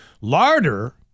Larder